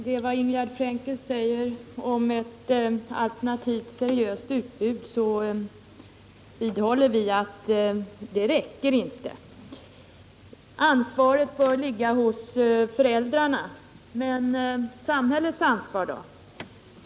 Herr talman! I anslutning till det som Ingegärd Frenkel anförde beträffande ett alternativt seriöst utbud när det gäller barnkulturen vill jag säga att vi vidhåller att anslagen på det här området inte räcker. Det sägs också att ansvaret bör ligga hos föräldrarna. Men samhällets ansvar då?